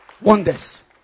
wonders